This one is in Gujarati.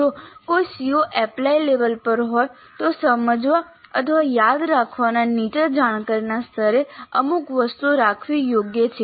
જો કોઈ CO એપ્લાય લેવલ પર હોય તો સમજવા અથવા યાદ રાખવાના નીચા જાણકારીના સ્તરે અમુક વસ્તુઓ રાખવી યોગ્ય છે